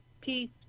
peace